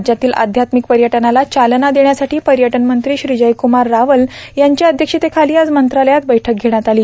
राज्यातील अध्यात्मिक पर्यटनाला चालना देण्यासाठी पर्यटन मंत्री श्री जयकुमार रावल यांच्या अध्यक्षतेखाली आज मंत्रालयात बैठ्क घेण्यात आली